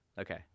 Okay